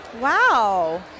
Wow